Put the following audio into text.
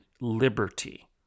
liberty